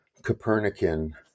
Copernican